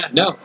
no